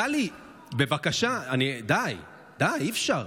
טלי, בבקשה, די, די, אי-אפשר.